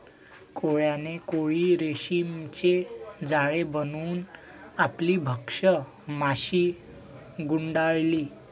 कोळ्याने कोळी रेशीमचे जाळे बनवून आपली भक्ष्य माशी गुंडाळली